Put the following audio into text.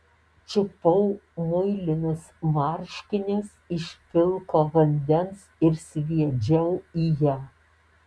čiupau muilinus marškinius iš pilko vandens ir sviedžiau į ją